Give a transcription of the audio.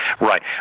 Right